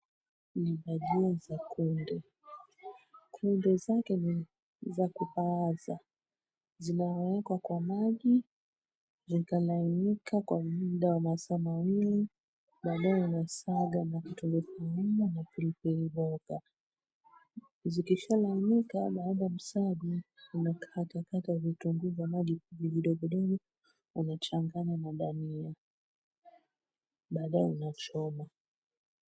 Ni bagia za kunde. Kunde zake ni za kupaoza. Zinawekwa kwa maji zikalainika kwa muda wa masaa mawili. Baadaye unasaga na kitunguu saumu na pilipili manga. Zikishalainika baada ya msago unakatakata vitunguu vya maji vidogo vidogo unachanganya na dania. Baadaye unachomwa.